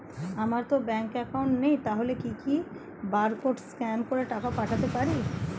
আমারতো bank account নেই তাহলে কি কি বারকোড স্ক্যান করে টাকা পাঠাতে পারি?